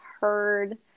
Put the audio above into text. heard